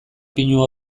pinu